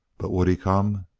but would he come?